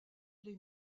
les